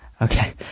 Okay